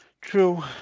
True